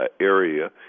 area